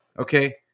Okay